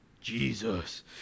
Jesus